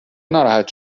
ناراحت